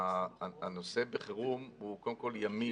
הנושא בחירום הוא ימי.